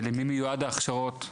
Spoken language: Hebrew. למי מיועדים ההכשרות?